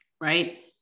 right